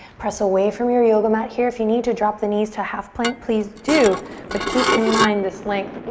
press away from your yoga mat here. if you need to drop the knees to half plank, please do but keep in mind this length.